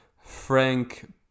frank